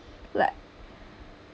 like